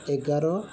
ଏଗାର